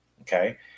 okay